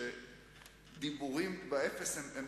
מתוך 30, שזה 3% מהממשלה.